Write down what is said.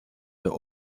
der